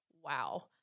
Wow